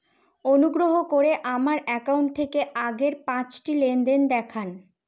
অনুগ্রহ করে আমার অ্যাকাউন্ট থেকে আগের পাঁচটি লেনদেন দেখান